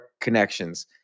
connections